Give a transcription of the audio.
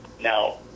Now